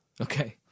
Okay